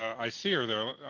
i see her there.